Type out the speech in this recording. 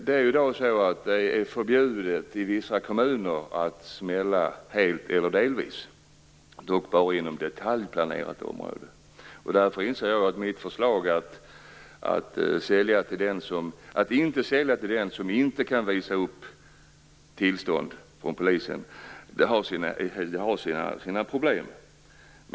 I vissa kommuner är det förbjudet att smälla helt eller delvis, dock bara inom detaljplanerat område. Därför inser jag att mitt förslag att inte sälja till den som inte kan visa upp tillstånd från polisen har sina problem.